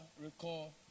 recall